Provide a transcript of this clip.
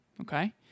okay